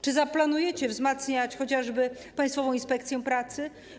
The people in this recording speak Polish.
Czy planujecie wzmacniać chociażby Państwową Inspekcję Pracy?